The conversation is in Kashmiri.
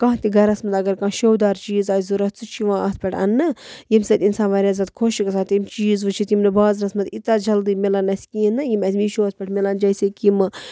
کانٛہہ تہِ گَرس منٛز اگر کانٛہہ شو دار چیٖز آسہِ ضوٚرَتھ سُہ چھُ یِوان اَتھ پٮ۪ٹھ اَننہٕ ییٚمہِ سۭتۍ اِںسان وارِیاہ زیادٕ خۄش چھُ گَژھان تِم چیٖز وٕچھتھ یِم نہٕ بازرس یٖتاہ جلدی مِلان اَسہِ کِہیٖنۍ نہٕ یِم اَسہِ میٖشوس پٮ۪ٹھ مِلان جیسے کہِ یِم